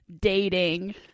dating